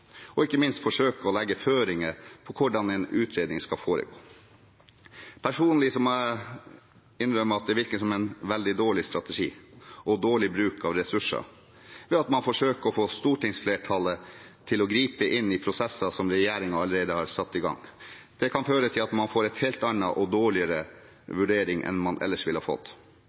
og ikke minst forsøke å legge føringer for hvordan en utredning skal foregå. Personlig må jeg innrømme at det virker som en veldig dårlig strategi og dårlig bruk av ressurser å forsøke å få stortingsflertallet til å gripe inn i prosesser som regjeringen allerede har satt i gang. Det kan føre til at man får en helt annen og dårligere vurdering enn man ellers ville fått.